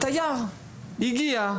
תייר הגיע,